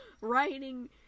Writing